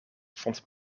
vond